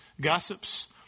gossips